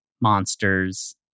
monsters